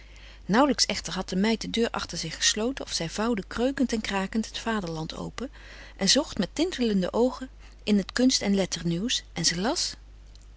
nauwlijks echter had de meid de deur achter zich gesloten of zij vouwde kreukend en krakend het vaderland open en zocht met tintelende oogen in het kunst en letternieuws en ze las